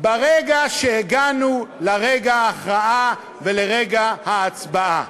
ברגע שהגענו לרגע ההכרעה ולרגע ההצבעה.